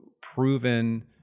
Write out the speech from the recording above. proven